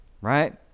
Right